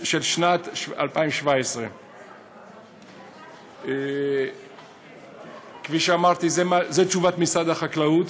שנת 2017. כפי שאמרתי, זאת תשובת משרד החקלאות.